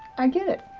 i get it.